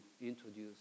introduce